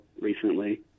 recently